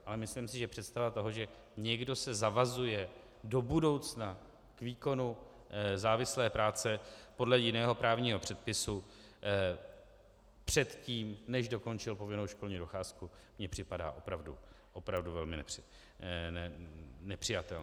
Ale myslím si, že představa toho, že někdo se zavazuje do budoucna k výkonu závislé práce podle jiného právního předpisu předtím, než dokončil povinnou školní docházku, mi připadá opravdu velmi nepřijatelná.